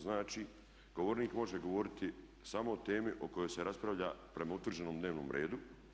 Znači: "Govornik može govoriti samo o temi o kojoj se raspravlja prema utvrđenom dnevnom redu.